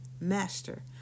master